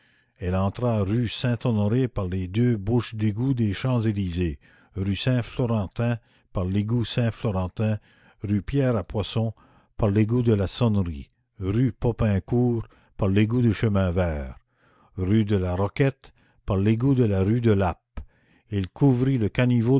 elle entra rue saint-honoré par les deux bouches d'égout des champs-élysées rue saint florentin par l'égout saint florentin rue pierre à poisson par l'égout de la sonnerie rue popincourt par l'égout du chemin vert rue de la roquette par l'égout de la rue de lappe elle couvrit le caniveau